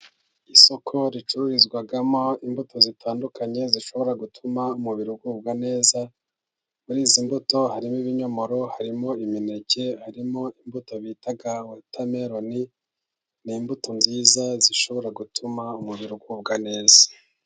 Isoko ricururizwamo imbuto zitandukanye zishobora gutuma umubiri ugubwa neza, muri izi mbuto harimo ibinyomoro, harimo imineke, harimo imbuto bita wotameroni, ni imbuto nziza zishobora gutuma umubiri ugubwa neza.